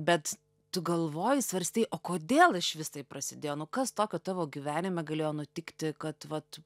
bet tu galvoji svarstei o kodėl išvis tai prasidėjo nu kas tokio tavo gyvenime galėjo nutikti kad vat